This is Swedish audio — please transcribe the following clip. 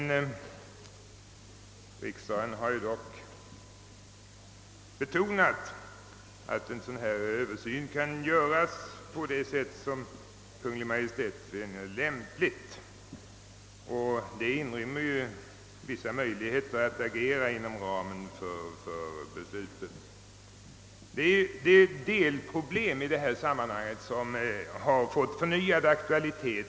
Riksdagen har dock betonat att översynen kan göras på det sätt som regeringen finner lämpligt, och det ger ju regeringen olika möjligheter att agera inom ramen för riksdagens beslut. Ett delproblem i detta sammanhang har fått förnyad aktualitet.